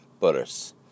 butters